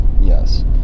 Yes